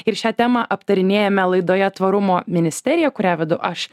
ir šią temą aptarinėjame laidoje tvarumo ministerija kurią vedu aš